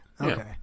Okay